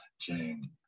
Jane